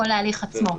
כל ההליך עצמו.